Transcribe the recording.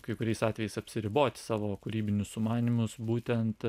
kai kuriais atvejais apsiriboti savo kūrybinius sumanymus būtent